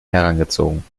herangezogen